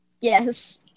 Yes